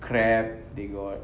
crab they got